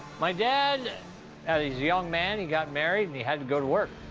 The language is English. my dad as a young man, he got married, and he had to go to work.